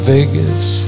Vegas